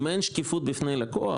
אם אין שקיפות בפני לקוח,